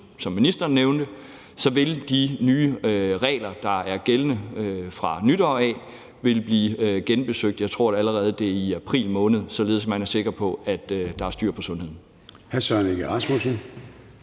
som ministeren nævnte, at de nye regler, der er gældende fra nytår, vil blive genbesøgt allerede i april måned, tror jeg det er, således at man er sikker på, at der er styr på sundheden.